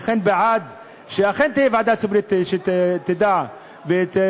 אבל בעד שאכן תהיה ועדה ציבורית שתדע ותממן